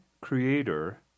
creator